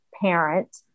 parent